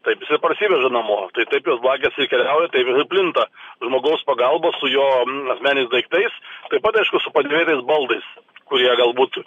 taip jisai parsiveža namo tai taip jos blakės ir keliauja tai žodžiu plinta žmogaus pagalba su jo asmeniniais daiktais taip pat aišku su padėvėtais baldais kurie galbūt